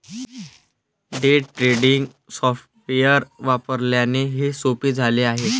day trading software वापरल्याने हे सोपे झाले आहे